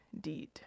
deed